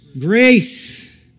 Grace